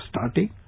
starting